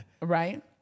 Right